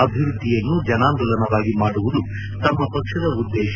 ಅಭಿವೃದ್ಧಿಯನ್ನು ಜನಾಂದೋಲನವಾಗಿ ಮಾಡುವುದು ತಮ್ಮ ಪಕ್ಷದ ಉದ್ದೇಶ